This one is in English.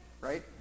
right